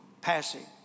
passing